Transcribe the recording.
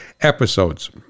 episodes